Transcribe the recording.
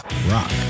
Rock